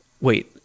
wait